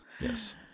yes